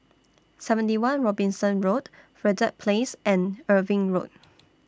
seventy one Robinson Road Verde Place and Irving Road